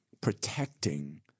protecting